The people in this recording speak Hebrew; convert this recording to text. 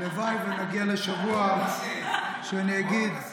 הלוואי שנגיע לשבוע שאני אגיד,